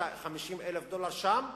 50,000 דולר שם.